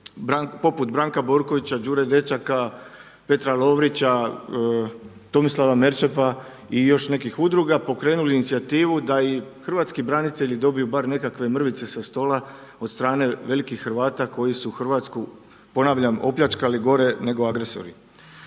poput Branka Borkovića, Đure Dečaka, Petra Lovrića, Tomislava Merčepa i još nekih udruga pokrenuli inicijativu da i hrvatski branitelji dobiju bar nekakve mrvice sa stola od strane velikih Hrvata koji su Hrvatsku ponavljam opljačkali gore nego agresori.